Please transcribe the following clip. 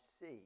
see